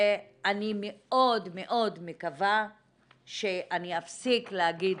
ואני מאוד מאוד מקווה שאני אפסיק להגיד